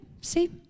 see